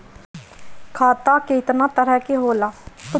खाता केतना तरह के होला?